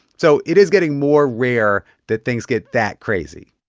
so it is getting more rare that things get that crazy